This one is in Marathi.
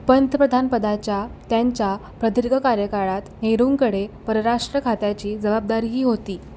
पंतप्रधान पदाच्या त्यांच्या प्रदीर्घ कार्यकाळात नेहरूंकडे परराष्ट्र खात्याची जबाबदारीही होती